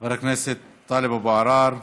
חבר הכנסת טאלב אבו עראר,